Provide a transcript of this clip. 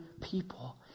people